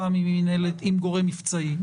פעם עם גורם מבצעי.